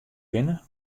pinne